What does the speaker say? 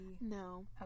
No